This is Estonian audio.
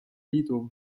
liidu